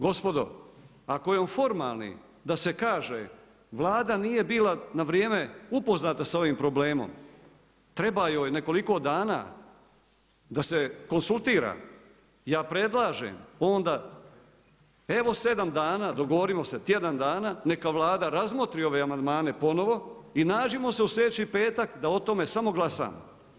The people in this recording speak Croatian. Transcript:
Gospodo, ako je on formalni, da se kaže Vlada nije bila na vrijeme upoznata s ovim problemom, treba joj nekoliko dana da se konzultira, ja predlažem evo onda 7 dana, dogovorimo se tjedan dana, neka Vlada razmotri ove amandmane ponovo i nađimo se u slijedeći petak da o tome samo glasamo.